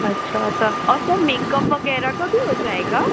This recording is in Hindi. अच्छा सर और सर मेकअप वगैरह का भी हो जाएगा